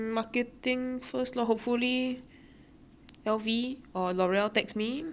L_V or L'oreal takes me